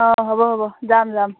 অঁ হ'ব হ'ব যাম যাম